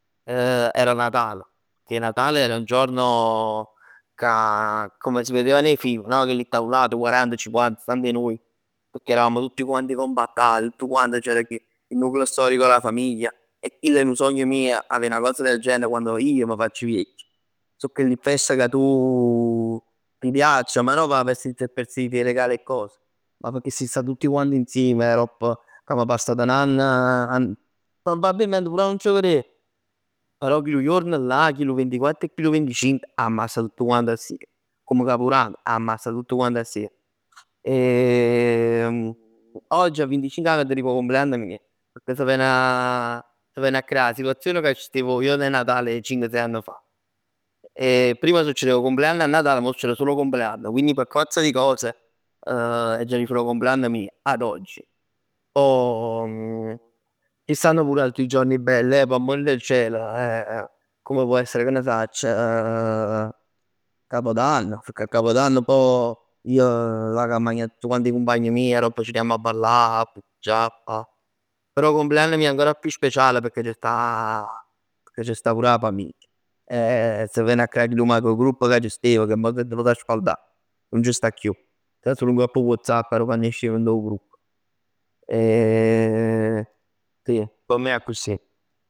Era Natal, pecchè Natale era un giorno cà come si vedeva nei film no? Chelli tavulat quaranta, cinquanta 'e nuje, pecchè eravamo tutti quanti compattati, tutt quant c'era chi il nucleo storico dà famiglia. E chill è nu sogn mij avè 'na cosa del genere quann ij m' facc viecchj. So chelli fest cà tu ti piacciono, ma non p' 'a festa in se per se p' 'e regali e cos, ma pecchè si sta tutti quanti insieme aropp c' amma passat n'ann. Probabilmente pur 'a nun c' verè, però chillu juorn là, chillu vintiquatt e chillu vinticinc amma sta tutt quant assieme. Come Capurann amma sta tutt quant assiem. Oggi 'a venticinc ann t' dic 'o compleann mij pecchè s' ven 'a creà 'a situazion cà c' stev 'o juorn 'e Natale cinc sei anni fa. E prima succerev 'o cumpleann e 'a Natal, mò succer sul 'o compleann. Quindi per forza di cose aggia dicere ca 'o cumpleann mij ad oggi, poj ci stanno pure altri giorni belli eh, p' ammor del cielo comm può essere ch' n' sacc Capodanno, pecchè a Capodanno poj ij vag a magnà cu tutt 'e cumpagn mij, aropp c' ne jamm 'a ballà, 'a mangia e 'a fa. Però 'o compleann mij è ancora più speciale pecchè c' sta 'a pecchè c'sta pur 'a famiglia. E s' ven 'a creà chillu macro gruppo ca c'stev, che mò s'è tenut 'a sfaldà. Nun c' sta chiù. Stann sul ngopp 'O Whatsapp arò fann 'e sciem dint' 'o grupp sì p' me è accussì.